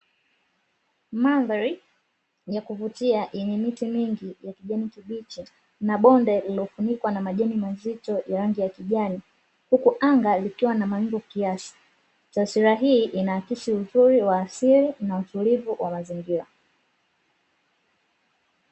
Mandhari ya kuvutia yenye miti mingi ya kijani kibichi na bonde lililofunikwa na majengo mazito yenye rangi kijani, huku anga likiwa na mawingu kiasi, taswira hii inaakisi uzuri wa asili na utulivu wa mazingira.